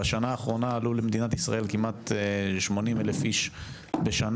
בשנה האחרונה עלו למדינת ישראל כמעט 80 אלף איש בשנה,